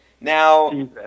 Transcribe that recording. Now